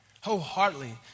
wholeheartedly